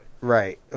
Right